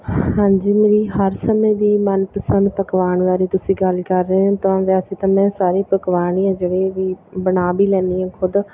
ਹਾਂਜੀ ਮੇਰੀ ਹਰ ਸਮੇਂ ਦੀ ਮਨ ਪਸੰਦ ਪਕਵਾਨ ਬਾਰੇ ਤੁਸੀਂ ਗੱਲ ਕਰ ਰਹੇ ਹੋ ਤਾਂ ਵੈਸੇ ਤਾਂ ਮੈਂ ਸਾਰੇ ਪਕਵਾਨ ਹੀ ਜਿਹੜੇ ਵੀ ਬਣਾ ਵੀ ਲੈਂਦੀ ਖੁਦ